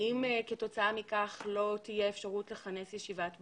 האם כתוצאה מכך לא תהיה אפשרות לכנס ישיבת מועצה?